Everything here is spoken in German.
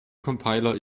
compiler